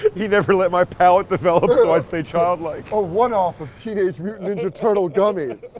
he never let my palate develop so i'd stay childlike. a one-off of teenage mutant ninja turtle gummies.